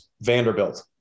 Vanderbilt